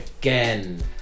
again